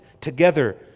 together